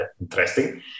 interesting